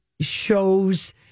shows